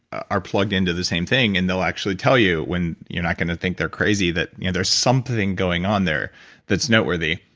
are plugged into the same thing, and they'll actually tell you, when you're not going to think they're crazy, that you know there's something going on there that's noteworthy.